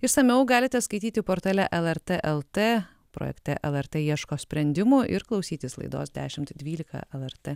išsamiau galite skaityti portale lrt lt projekte lrt ieško sprendimų ir klausytis laidos dešimt dvylika lrt